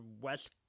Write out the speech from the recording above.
West